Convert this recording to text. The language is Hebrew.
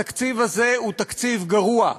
התקציב הזה הוא תקציב גרוע.